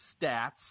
stats